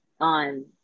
on